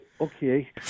okay